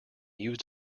used